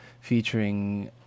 featuring